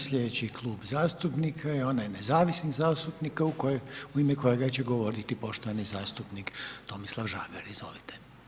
Slijedeći Klub zastupnika je onaj nezavisnih zastupnika u ime kojega će govoriti poštovani zastupnik Tomislav Žagar, izvolite.